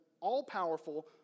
all-powerful